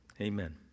Amen